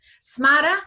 smarter